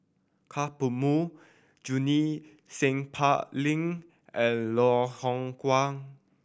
Ka Perumal Junie Sng Poh Leng and Loh Hoong Kwan